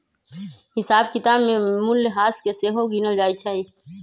हिसाब किताब में मूल्यह्रास के सेहो गिनल जाइ छइ